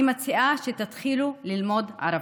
אני מציעה שתתחילו ללמוד ערבית.